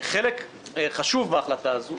חלק חשוב בהחלטה הזו,